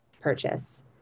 purchase